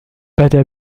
بدأ